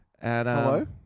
Hello